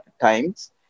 times